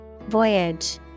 Voyage